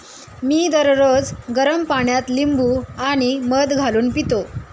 मी दररोज गरम पाण्यात लिंबू आणि मध घालून पितो